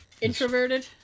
Introverted